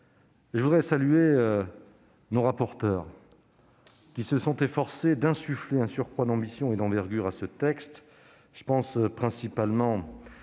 Je voudrais saluer nos rapporteurs, qui se sont efforcés d'insuffler un surcroît d'ambition et d'envergure au texte. Je pense principalement